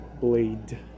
blade